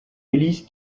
hélice